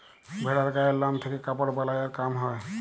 ভেড়ার গায়ের লম থেক্যে কাপড় বালাই আর কাম হ্যয়